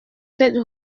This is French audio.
sept